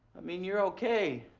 i mean, you're okay.